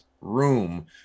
room